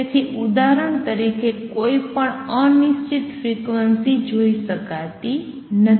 તેથી ઉદાહરણ તરીકે કોઈ પણ અનિશ્ચિત ફ્રીક્વન્સી જોઇ શકાતી નથી